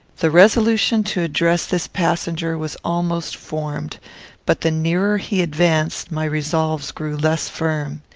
the resolution to address this passenger was almost formed but the nearer he advanced my resolves grew less firm.